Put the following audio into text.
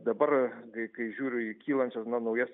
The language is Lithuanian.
dabar kai kai žiūriu į kylančias na naujas